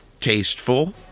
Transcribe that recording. tasteful